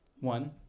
One